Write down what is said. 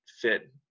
fit